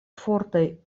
fortaj